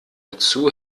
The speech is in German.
dazu